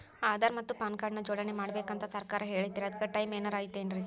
ಆಧಾರ ಮತ್ತ PAN card ನ ಜೋಡಣೆ ಮಾಡ್ಬೇಕು ಅಂತಾ ಸರ್ಕಾರ ಹೇಳೈತ್ರಿ ಅದ್ಕ ಟೈಮ್ ಏನಾರ ಐತೇನ್ರೇ?